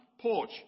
porch